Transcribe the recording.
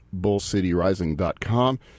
bullcityrising.com